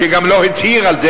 שגם לא הצהיר על זה,